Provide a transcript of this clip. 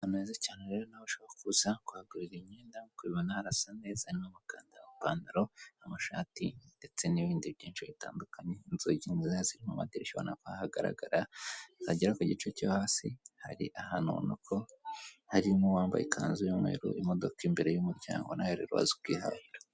Ahantu heza cyane rero nawe ushobora kuza kuhagurira imyenda, nk'uko ubibona harasa neza hari mo amakanzu, n'amapantaro, amashati, ndetse n'ibindi byinshi bitandukanye, inzugi z'umweru, ziri mu madirishya urabona ko hagaragara, byagera ku gice cyo hasi hari ahantu ubona ko hari uwambaye ikanzu y'umweru , imodoka imbere y'umuryango,